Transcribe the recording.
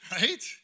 right